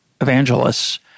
evangelists